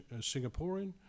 Singaporean